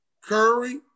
Curry